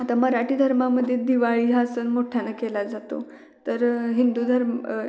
आता मराठी धर्मामध्ये दिवाळी हा सण मोठ्यानं केला जातो तर हिंदू धर्म